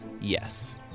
Yes